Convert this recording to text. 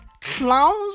clowns